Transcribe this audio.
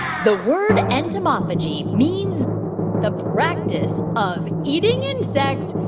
the word entomophagy means the practice of eating insects,